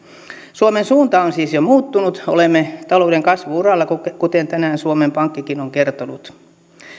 suomen suunta on siis jo muuttunut olemme talouden kasvu uralla kuten tänään suomen pankkikin on kertonut